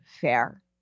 fair